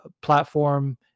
platform